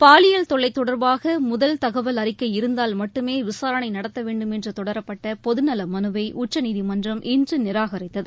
பாலியல் தொல்லை தொடர்பாக முதல் தகவல் அறிக்கை இருந்தால் மட்டுமே விசாரணை நடத்த வேண்டும் என்று தொடரப்பட்ட பொதுநல மனுவை உச்சநீதிமன்றம் இன்று நிராகரித்தது